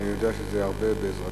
אני יודע שזה הרבה בעזרתך,